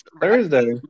Thursday